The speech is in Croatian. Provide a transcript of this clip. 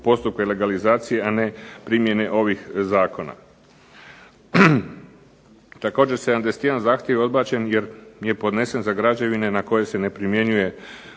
postupke legalizacije, a ne primjene ovih zakona. Također, 71 zahtjev je odbačen jer je podnesen za građevine na koje se ne primjenjuje